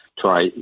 try